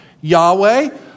Yahweh